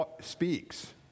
speaks